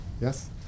yes